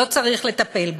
לא צריך לטפל בה,